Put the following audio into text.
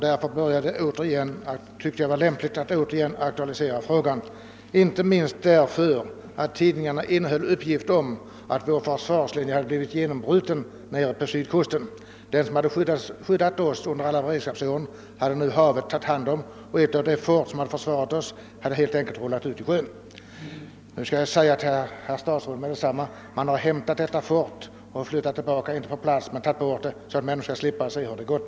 Därför började jag tycka att det var lämpligt att åter aktualisera frågan, inte minst därför att tidningarna innehöll uppgifter om att vår försvarslinje där nere hade genombrutits. Ett av de fort som hade skyddat oss under alla beredskapsåren hade nu erövrats av havet och förts ut i sjön. Nu vill jag genast säga till statsrådet att detta fort har förts tillbaka till sin gamla plats, för att människor skall slippa se vad som hänt.